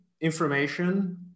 information